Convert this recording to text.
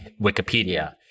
Wikipedia